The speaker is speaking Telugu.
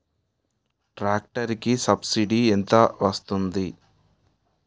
ట్రాక్టర్ కి సబ్సిడీ ఎంత వస్తుంది?